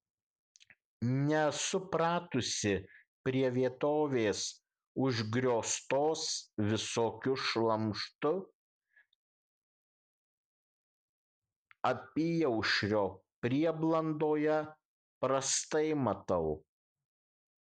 nesu pratusi prie vietovės užgrioztos visokiu šlamštu apyaušrio prieblandoje prastai matau